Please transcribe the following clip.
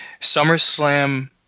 SummerSlam